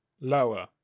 Lower